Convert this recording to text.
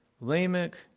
Lamech